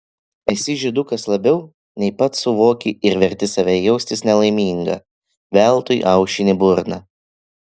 esi žydukas labiau nei pats suvoki ir verti save jaustis nelaimingą veltui aušini burną